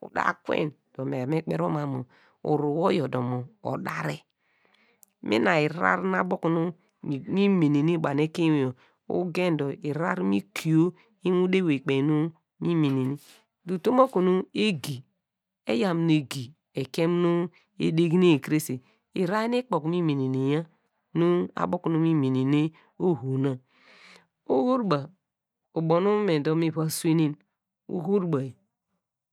Uda kwe dor me kperi nor mam mu uruwo yor dor odare, mina lrhar nu abo okunu mi menene banu ekein ewey yor ugen dor inorir nu mi kio lnwudu ewey kpe nu nu menene, dor utom okunu egi, eyaw mu nu egi ekie munu edegne krese, lrhar nu lkpe okunu mi meneneya nu abo okunu nu memene oho na ohobura ubo nu me dor miva swenen, ohoburayo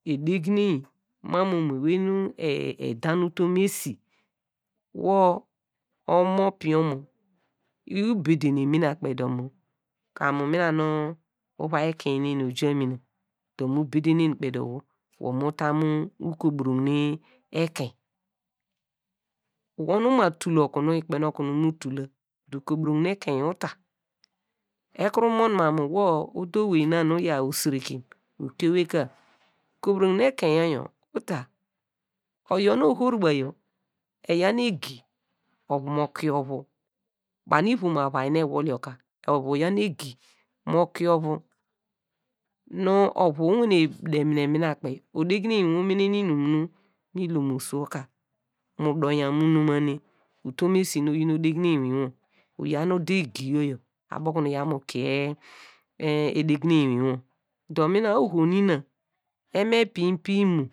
edegneye. mam omo ewey nu edan utom mu esi wor omo pijn omo ubedene mina kpe dor mu, mina nu uvai ekein neni ojọ mina mu bedenen kpe dor wor mu ta mu ukoburogne ekein, wor nu uma tul okunu ikpen okunu mu tul la dor ukoburogne ekein uta, ekuru mon mam mu nor udo owey na nu uyaw osireke ukie owey ka ukoburogne ekeinyo yor uta, oyor nu ohobura yor eyaw nu egi ovu mo kie ovu, banu ivom avai nu ewol yor ka, ovu eyan nu egi ma kụ ovu, nu ovu owane denunen mina kpe odegne omenen nu lnum nu mi tomosuwor ka, mu doinya, mu nomane utom esi nu oyin odegne lnwin wor. uyaw nu ode egi yor yor abo okunu uya mu kie edegne lnwinwo dor mina oho nina wmepeny imo.